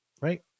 right